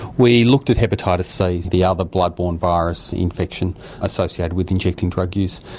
we looked at hepatitis c, the other blood borne virus infection associated with injecting drug use.